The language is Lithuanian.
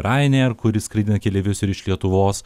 ryanair kuri skraidina keleivius ir iš lietuvos